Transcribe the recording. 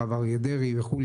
הרב אריה דרעי וכו',